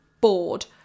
bored